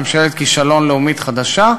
ממשלת כישלון לאומית חדשה.